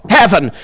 heaven